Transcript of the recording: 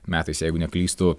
metais jeigu neklystu